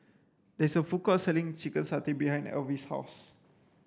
there is a food court selling chicken satay behind Alvis' house